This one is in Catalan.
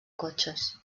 cotxes